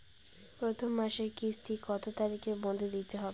প্রথম মাসের কিস্তি কত তারিখের মধ্যেই দিতে হবে?